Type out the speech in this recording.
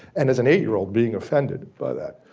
and as an eight year old being offended by that,